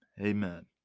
amen